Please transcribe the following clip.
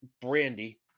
Brandy